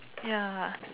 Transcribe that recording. ya